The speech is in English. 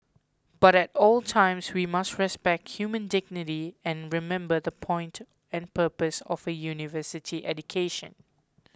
but at all times we must respect human dignity and remember the point and purpose of a university education